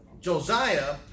Josiah